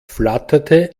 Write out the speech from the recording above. flatterte